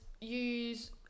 use